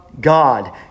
God